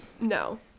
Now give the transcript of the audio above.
No